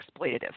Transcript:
exploitative